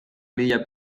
mila